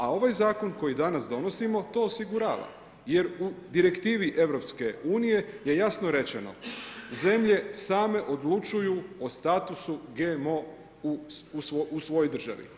A ovaj zakon koji danas donosimo to osigurava, jer u direktivi EU je jasno rečeno zemlje same odlučuju o statutu GMO u svojoj državi.